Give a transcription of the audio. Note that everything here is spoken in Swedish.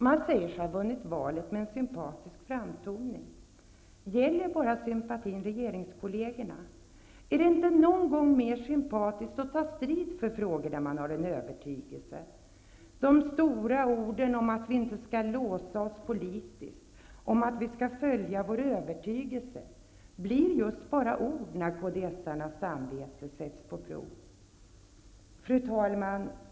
Man säger sig ha vunnit valet på en sympatisk framtoning. Gäller sympatin bara regeringskollegerna? Är det inte någon gång mer sympatiskt att ta strid för frågor där man har en övertygelse? De stora orden om att vi inte skall låsa oss politiskt och om att följa sin övertygelse blir just bara ord när kds:arnas samvete sätts på prov. Fru talman!